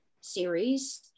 Series